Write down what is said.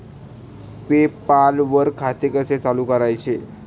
पे पाल वर खाते कसे चालु करायचे